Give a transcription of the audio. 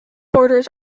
borders